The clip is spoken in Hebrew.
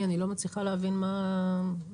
אני לא מצליחה להבין מה הבעיה.